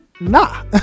nah